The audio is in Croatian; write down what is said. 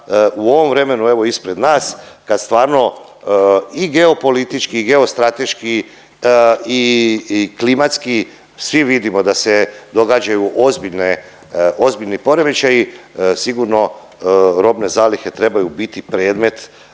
u ovom vremenu evo ispred nas, kad stvarno i geopolitički i geostrateški i klimatski, svi vidimo da se događaju ozbiljne, ozbiljni poremećaji, sigurno robne zalihe trebaju biti predmet